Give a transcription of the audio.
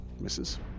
misses